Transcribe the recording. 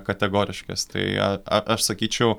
kategoriškas tai aš sakyčiau